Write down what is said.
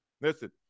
Listen